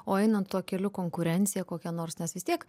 o einant tuo keliu konkurencija kokia nors nes vis tiek